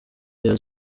rayon